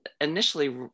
initially